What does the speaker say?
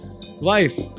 life